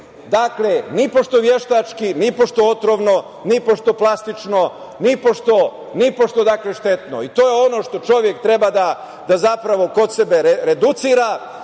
Dakle, nipošto veštački, nipošto otrovno, nipošto plastično, nipošto štetno. To je ono što čovek treba da zapravo kod sebe reducira,